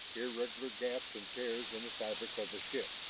irregular gaps and tears in the fabric of the ship.